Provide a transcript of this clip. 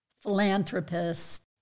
philanthropist